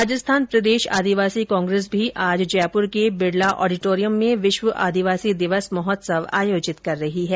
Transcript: राजस्थान प्रदेश आदिवासी कांग्रेस भी आज जयपुर के बिरला ऑडिटोरियम में विश्व आदिवासी दिवस महोत्सव आयोजित कर रही है